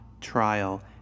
Trial